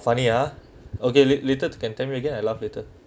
funny ah okay late~ later can tell me again I laugh later